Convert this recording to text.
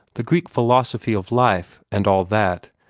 the greek philosophy of life, and all that,